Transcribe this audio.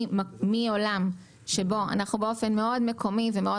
מעולם שבו אנחנו באופן מאוד מקומי ומאוד